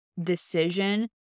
decision